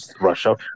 russia